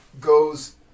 goes